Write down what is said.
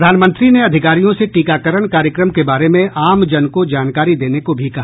प्रधानमंत्री ने अधिकारियों से टीकाकरण कार्यक्रम के बारे में आमजन को जानकारी देने को भी कहा